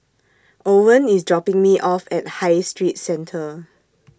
Owen IS dropping Me off At High Street Centre